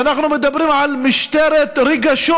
ואנחנו מדברים על משטרת רגשות.